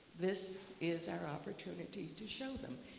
this is our opportunity to show them.